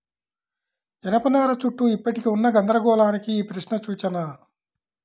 జనపనార చుట్టూ ఇప్పటికీ ఉన్న గందరగోళానికి ఈ ప్రశ్న సూచన